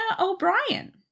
O'Brien